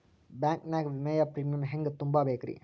Bank ನಾಗ ವಿಮೆಯ premium ಹೆಂಗ್ ತುಂಬಾ ಬೇಕ್ರಿ?